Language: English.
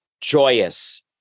joyous